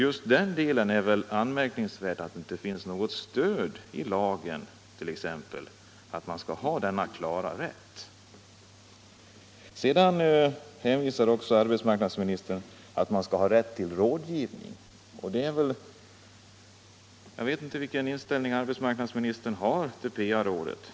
Det är anmärkningsvärt att det inte finns något stöd i lagen för denna självklara rätt. Arbetsmarknadsministern säger sedan att den som testas skall ha rätt till rådgivning. Det skulle vara rätt intressant att få höra vilken inställning arbetsmarknadsministern har till PA-rådet.